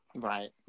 right